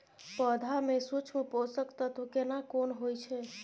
पौधा में सूक्ष्म पोषक तत्व केना कोन होय छै?